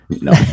No